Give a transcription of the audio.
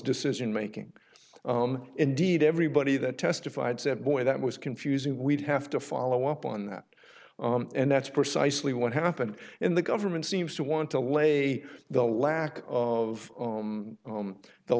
decision making indeed everybody either testified said boy that was confusing we'd have to follow up on that and that's precisely what happened in the government seems to want to lay the lack of